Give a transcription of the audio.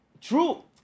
true